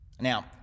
Now